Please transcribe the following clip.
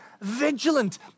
vigilant